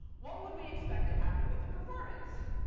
what would we expect to happen with the performance?